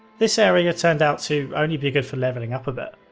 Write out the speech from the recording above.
this area turned out to only be good for levelling up a bit.